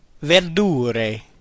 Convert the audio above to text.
VERDURE